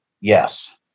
Yes